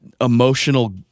emotional